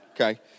Okay